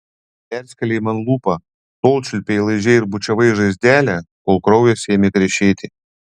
perskėlei man lūpą tol čiulpei laižei ir bučiavai žaizdelę kol kraujas ėmė krešėti